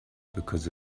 because